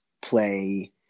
play